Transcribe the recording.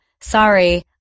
sorry